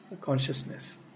consciousness